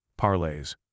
Parlays